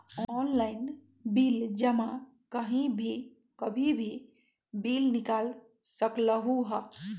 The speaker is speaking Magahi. ऑनलाइन बिल जमा कहीं भी कभी भी बिल निकाल सकलहु ह?